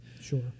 Sure